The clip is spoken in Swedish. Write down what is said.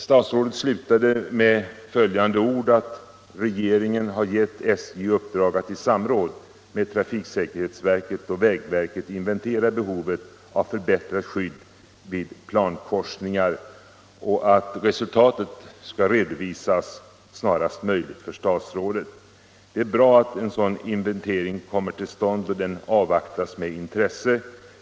Statsrådet slutar sitt svar med följande ord: Det är bra att en sådan inventering kommer till stånd, och den avvaktas med intresse.